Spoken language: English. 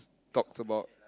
talks about